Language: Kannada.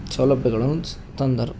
ಸೌಲಭ್ಯಗಳನ್ನು ಸ್ ತಂದರು